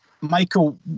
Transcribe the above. Michael